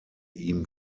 ihm